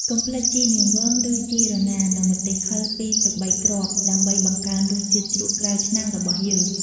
កុំភ្លេចជីនាងវង ឬជីរណា និងម្ទេសហឹរពីរទៅបីគ្រាប់ ដើម្បីបង្កើនរសជាតិជ្រក់ក្រៅឆ្នាំងរបស់យើង។